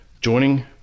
Joining